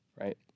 right